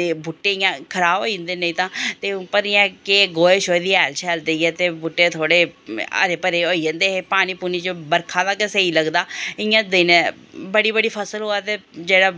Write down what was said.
ते बूह्टे इ'यां खराब होई जंदे हे नेईं तां पर एह् ऐ गोहे शोहे दे हैल शैल देइयै ते बूह्टे तोह्ड़े हरे भरे होई जंदे हे पानी पूनी बरखा दा गै स्हेई लगदा इ'यां देने बड़ी बड़ी फसल होऐ ते जेह्ड़ा